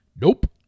Nope